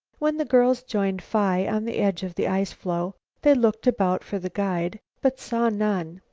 when the girls joined phi on the edge of the ice-floe, they looked about for the guide but saw none.